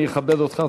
אני אכבד אותך,